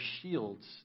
shields